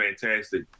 fantastic